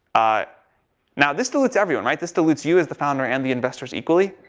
ah now, this dilutes everyone, right, this dilutes you as the founder and the investors equally.